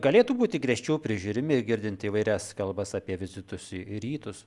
galėtų būti griežčiau prižiūrimi girdint įvairias kalbas apie vizitus į rytus